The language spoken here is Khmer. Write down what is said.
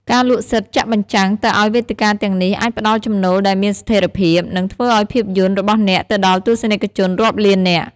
ការលក់សិទ្ធិចាក់បញ្ចាំងទៅឲ្យវេទិកាទាំងនេះអាចផ្តល់ចំណូលដែលមានស្ថិរភាព និងធ្វើឲ្យភាពយន្តរបស់អ្នកទៅដល់ទស្សនិកជនរាប់លាននាក់។